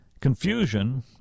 Confusion